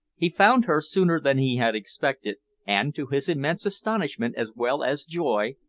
he found her sooner than he had expected and, to his immense astonishment as well as joy,